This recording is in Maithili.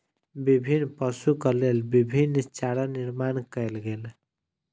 विभिन्न पशुक लेल विभिन्न चारा निर्माण कयल गेल